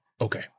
Okay